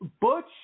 Butch